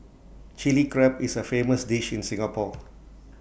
Chilli Crab is A famous dish in Singapore